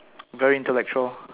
very intellectual